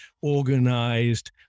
organized